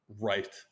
right